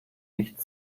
nicht